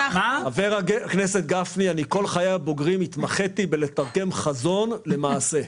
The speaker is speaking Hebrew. אני מתכוון לתרגם את החזון למעשה.